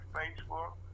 facebook